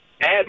add